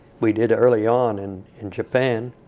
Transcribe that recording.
we did early on and in japan.